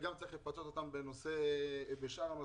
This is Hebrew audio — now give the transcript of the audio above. וגם צריך לפצות אותם בשאר הנושאים,